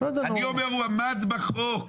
אני אומר הוא עמד בחוק.